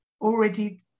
already